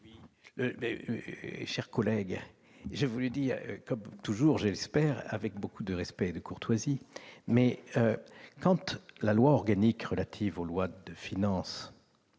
Mes chers collègues, je vous le dis, comme toujours je l'espère, avec beaucoup de respect et de courtoisie : la loi organique relative aux lois de finances